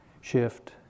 shift